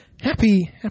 Happy